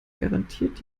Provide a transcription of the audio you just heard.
garantiert